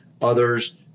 others